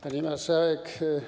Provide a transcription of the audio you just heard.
Pani Marszałek!